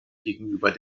gegenüber